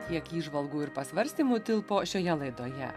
tiek įžvalgų ir pasvarstymų tilpo šioje laidoje